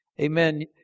Amen